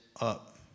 up